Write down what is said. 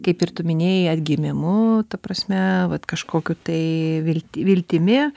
kaip ir tu minėjai atgimimu ta prasme vat kažkokiu tai vilti viltimi